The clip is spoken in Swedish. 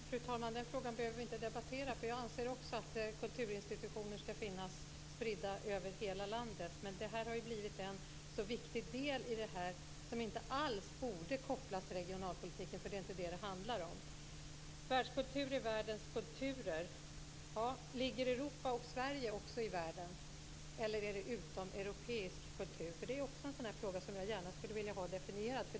Fru talman! Den frågan behöver vi inte debattera. Också jag anser att kulturinstitutioner skall finnas spridda över hela landet. Men det här har blivit en så viktig del i frågan, som inte alls borde kopplas till regionalpolitiken, eftersom det inte är vad det handlar om. Världskultur är världens kulturer, sade kulturministern. Ligger Europa och Sverige också i världen, eller är det utomeuropeisk kultur? Det är också en fråga som jag gärna skulle vilja ha definierad.